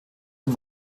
und